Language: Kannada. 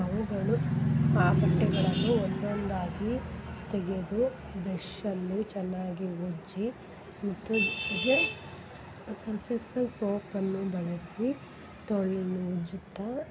ಅವುಗಳು ಆ ಬಟ್ಟೆಗಳನ್ನು ಒಂದೊಂದಾಗಿ ತೆಗೆದು ಬ್ರೆಶನ್ನು ಚೆನ್ನಾಗಿ ಉಜ್ಜಿ ಒಟ್ಟೊಟ್ಗೆ ಸರ್ಫೆಕ್ಸಲ್ ಸೋಪನ್ನು ಬಳಸಿ ತೊಳೆದು ಉಜ್ಜುತ್ತಾ